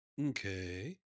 Okay